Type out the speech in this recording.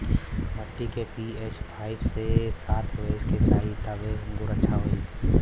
मट्टी के पी.एच पाँच से सात होये के चाही तबे अंगूर अच्छा होई